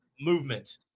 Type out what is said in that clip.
movement